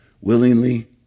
willingly